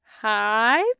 Hi